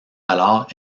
alors